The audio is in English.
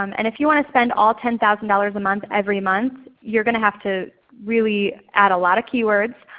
um and if you want to spend all ten thousand dollars a month every month you're going to have to really add a lot of keywords.